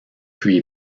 puis